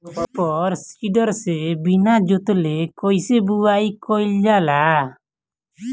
Super seeder से बीना जोतले कईसे बुआई कयिल जाला?